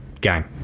game